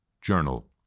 journal